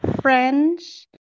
French